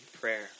prayer